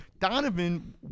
Donovan